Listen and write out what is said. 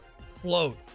float